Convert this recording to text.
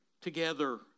together